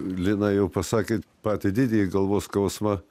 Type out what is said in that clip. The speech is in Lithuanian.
lina jau pasakė patį didįjį galvos skausmą